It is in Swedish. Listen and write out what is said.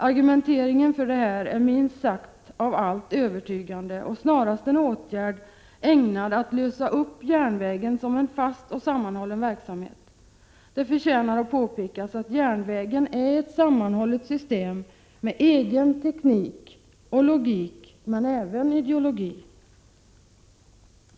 Argumenteringen för detta är minst av allt övertygande och är snarast en åtgärd ägnad att lösa upp järnvägen som en fast och sammanhållen verksamhet. Det förtjänar att påpekas att järnvägen är ett safmanhållet system med egen teknik och logik men även ideologi.